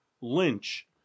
Lynch